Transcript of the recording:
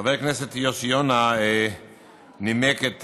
חבר הכנסת יוסי יונה נימק את